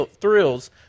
thrills